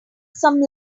some